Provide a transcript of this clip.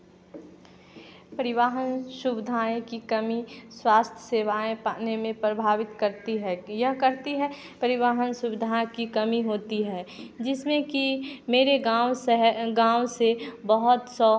परिवहन सुविधाएँ की कमी स्वास्थ्य सेवाएँ पाने में प्रभावित करती है यह करती है परिवहन सुविधाए की कमी होती है जिसमें की मेरे गाँव शहर गाँव से बहुत सौ